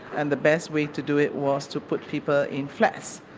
and the best way to do it was to put people in flats,